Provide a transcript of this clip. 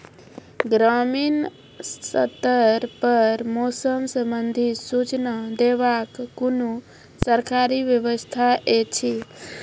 ग्रामीण स्तर पर मौसम संबंधित सूचना देवाक कुनू सरकारी व्यवस्था ऐछि?